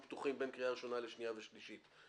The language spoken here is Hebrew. פתוחים בין קריאה ראשונה לשנייה ושלישית.